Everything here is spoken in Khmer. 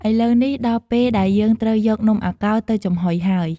ឥឡូវនេះ ដល់ពេលដែលយើងត្រូវយកនំអាកោរទៅចំហុយហើយ។